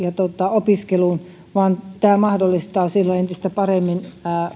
opiskeluun tämä mahdollistaa silloin entistä paremmin